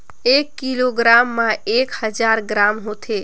एक किलोग्राम म एक हजार ग्राम होथे